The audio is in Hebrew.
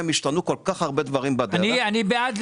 השתנו כל כך הרבה דברים בדרך --- אני בעד